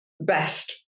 best